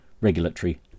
regulatory